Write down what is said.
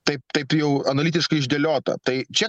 taip taip jau analitiškai išdėliota tai čia